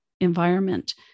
environment